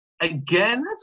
again